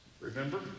Remember